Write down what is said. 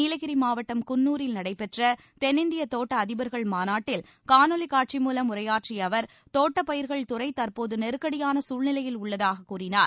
நீலகிரி மாவட்டம் குன்னூரில் நடைபெற்ற தென்னிந்திய தோட்ட அதிபர்கள் மாநாட்டில் காணொலி காட்சி மூலம் உரையாற்றிய அவர் தோட்டப்பயிர்கள் துறை தற்போது நெருக்கடியான சூழ்நிலையில் உள்ளதாகக் கூறினார்